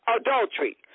adultery